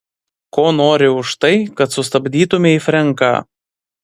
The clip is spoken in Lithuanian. ko nori už tai kad sustabdytumei frenką